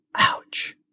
ouch